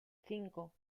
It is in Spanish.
cinco